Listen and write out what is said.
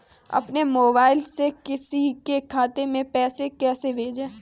अपने मोबाइल से किसी के खाते में पैसे कैसे भेजें?